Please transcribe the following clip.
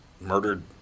murdered